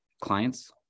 clients